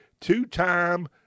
two-time